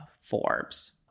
Forbes